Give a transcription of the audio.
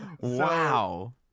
Wow